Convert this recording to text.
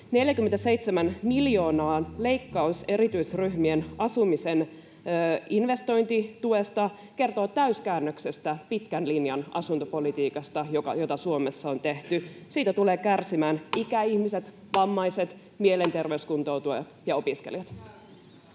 47 miljoonan leikkaus erityisryhmien asumisen investointituesta kertoo täyskäännöksestä pitkän linjan asuntopolitiikassa, jota Suomessa on tehty. Siitä tulevat kärsimään ikäihmiset, vammaiset, mielenterveyskuntoutujat ja opiskelijat.